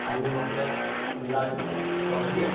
अभी मतलब मिला जुलाके अभी